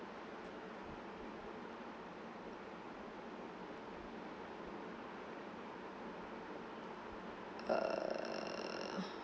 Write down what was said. err